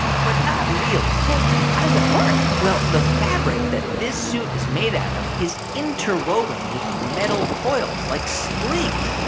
but not really so how does it work? well, the fabric that this suit is made out of is interwoven with metal coils like springs.